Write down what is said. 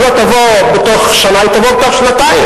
ואם היא לא תבוא בתוך שנה היא תבוא בתוך שנתיים,